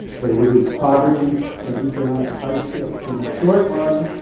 they reduce poverty and economic hardship in the short run,